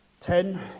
Ten